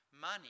money